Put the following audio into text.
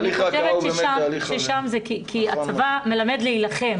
כי הצבא מלמד להילחם,